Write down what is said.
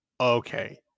Okay